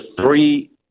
three